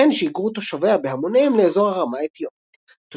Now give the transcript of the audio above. ייתכן שהיגרו תושביה בהמוניהם לאזור הרמה האתיופית.